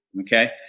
okay